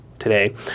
today